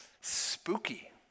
Spooky